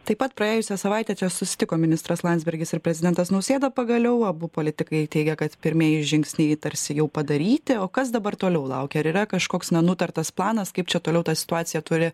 taip pat praėjusią savaitę čia susitiko ministras landsbergis ir prezidentas nausėda pagaliau abu politikai teigia kad pirmieji žingsniai tarsi jau padaryti o kas dabar toliau laukia ir yra kažkoks na nutartas planas kaip čia toliau ta situacija turi